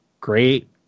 great